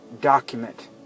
document